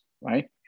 right